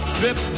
drip